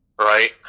Right